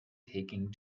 taking